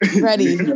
ready